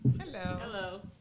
Hello